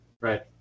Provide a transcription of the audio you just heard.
right